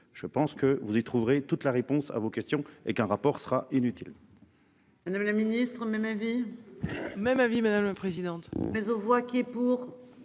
je pense que vous y trouverez toute la réponse à vos questions et qu'un rapport sera inutile.